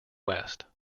west